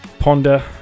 ponder